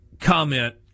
comment